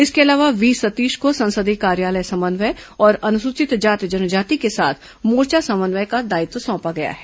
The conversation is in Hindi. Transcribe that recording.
इसके अलावा वी सतीश को संसदीय कार्यालय समन्वय और अनुसूचित जाति जनजाति के साथ मोर्चा समन्वय का दायित्व सौंपा गया है